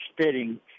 spitting